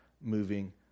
moving